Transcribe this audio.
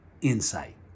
insight